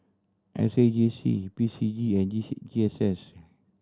S A J C P C G and G C G S S